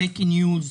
פייק ניוז,